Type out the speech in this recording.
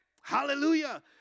Hallelujah